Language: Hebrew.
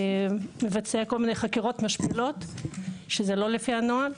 מבצע כל מיני חקירות משפילות שזה לא לפי הנוהל.